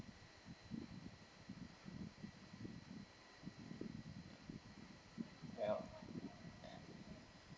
well